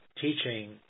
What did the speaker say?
teaching